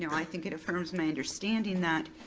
you know i think it affirms my understanding that,